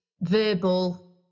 verbal